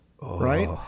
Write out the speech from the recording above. right